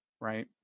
right